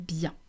bien